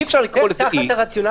אי-אפשר לקרוא לזה אי.